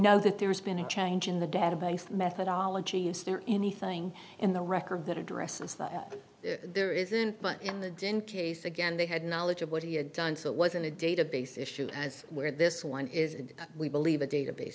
know that there's been a change in the database methodology is there anything in the record that addresses that there isn't but in the din case again they had knowledge of what he had done so it was in a database issue as where this one is if we believe the database